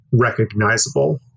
recognizable